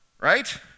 Right